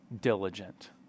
diligent